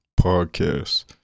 Podcast